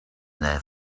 their